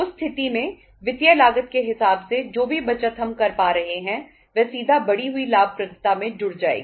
उस स्थिति में वित्तीय लागत के हिसाब से जो भी बचत हम कर पा रहे हैं वह सीधा बढ़ी हुई लाभप्रदता में जुड़ जाएगी